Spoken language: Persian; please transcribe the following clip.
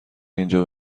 اینجا